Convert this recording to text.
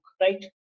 right